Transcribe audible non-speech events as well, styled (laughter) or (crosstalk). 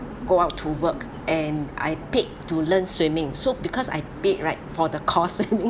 go out to work and I pick to learn swimming so because I paid right for the course (laughs)